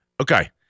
Okay